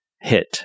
hit